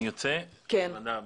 אני יוצא מהדיון.